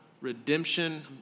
redemption